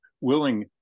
willing